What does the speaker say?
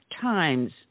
Times